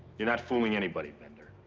you're not fooling anybody, bender.